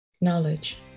knowledge